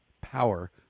power